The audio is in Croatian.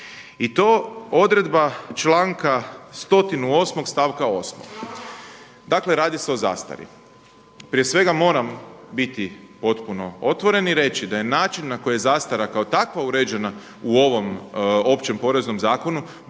i to odredba članka 108. stavka 8. Dakle, radi se o zastari. Prije svega moram biti potpuno otvoren i reći da je način na koji je zastara kao takva uređena u ovom Općem poreznom zakonu